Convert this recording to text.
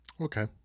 Okay